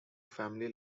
family